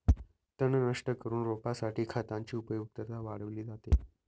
तण नष्ट करून रोपासाठी खतांची उपयुक्तता वाढवली जाते